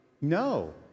no